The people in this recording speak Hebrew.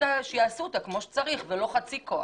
שיעשו אותה כמו צריך ולא חצי כוח.